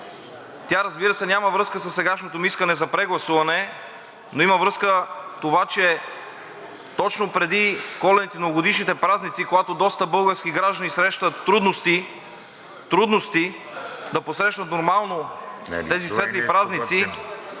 Тя, разбира се, няма връзка със сегашното ми искане за прегласуване, но има връзка това, че точно преди коледните и новогодишните празници, когато доста български граждани срещат трудности да посрещнат нормално тези светли празници,